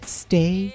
stay